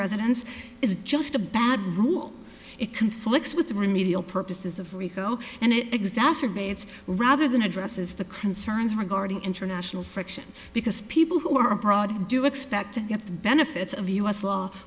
residents is just a bad rule it conflicts with the remedial purposes of rico and it exacerbates rather than addresses the concerns regarding international friction because people who are abroad do expect to get the benefits of u s